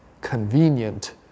convenient